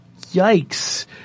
yikes